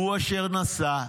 הוא אשר נסע,